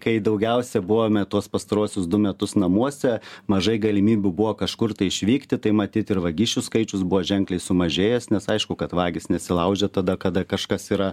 kai daugiausia buvome tuos pastaruosius du metus namuose mažai galimybių buvo kažkur tai išvykti tai matyt ir vagišių skaičius buvo ženkliai sumažėjęs nes aišku kad vagys nesilaužia tada kada kažkas yra